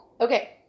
Okay